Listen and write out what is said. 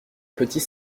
petit